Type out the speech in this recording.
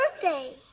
birthday